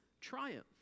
triumph